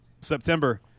September